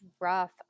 rough